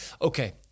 Okay